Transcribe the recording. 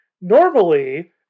normally